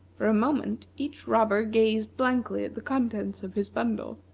for a moment each robber gazed blankly at the contents of his bundle,